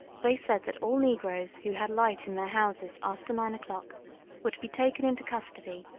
they said that all negroes who had light in their houses after nine o'clock were to be taken into custody,